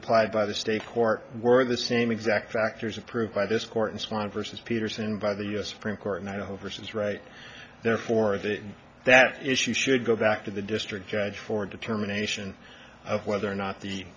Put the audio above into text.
applied by the state court were the same exact factors approved by this court and spawn versus peterson by the u s supreme court and i hope versus right therefore the that issue should go back to the district judge for a determination of whether or not the